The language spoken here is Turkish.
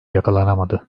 yakalanamadı